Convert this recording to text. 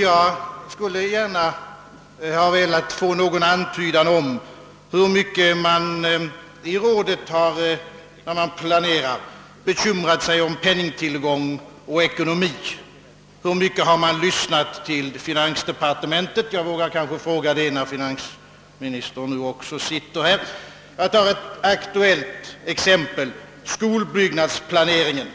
Jag skulle gärna ha velat få någon antydan om hur mycket rådet, när det planerar, har bekymrat sig om penningtillgång och ekonomi. Hur mycket har det lyssnat till finansdepartementet? — Jag vågar kanske fråga det när finansministern nu också sitter här. Jag tar ett aktuellt exempel: skolbyggnadsplaneringen.